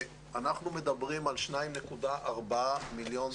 אנחנו מדברים על 2.4 מיליון תלמידים.